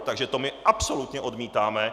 Takže to my absolutně odmítáme!